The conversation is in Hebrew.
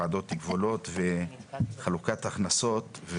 ועדות גבולות וחלוקת הכנסות,